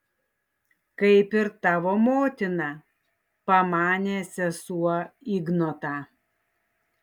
kaip ir tavo motina pamanė sesuo ignotą